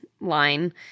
line